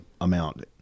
amount